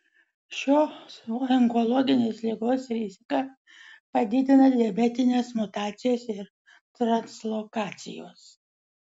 šio onkologinės ligos riziką padidina diabetinės mutacijos ir translokacijos